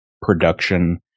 production